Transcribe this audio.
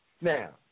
Now